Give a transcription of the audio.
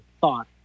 thought